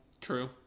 True